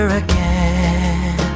again